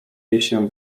jej